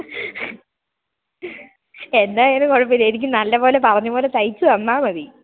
എന്തായാലും കുഴപ്പില്ല എനിക്ക് നല്ലത് പോലെ പറഞ്ഞത് പോലെ തയ്ച്ചു തന്നാൽ മതി